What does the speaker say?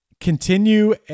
continue